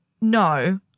No